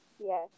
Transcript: Yes